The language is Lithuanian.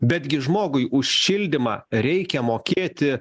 betgi žmogui už šildymą reikia mokėti